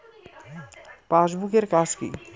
Passbook এর কাজ কি?